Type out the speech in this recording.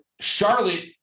Charlotte